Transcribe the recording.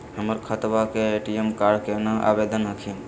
हमर खतवा के ए.टी.एम कार्ड केना आवेदन हखिन?